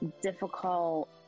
difficult